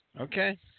Okay